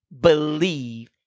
believe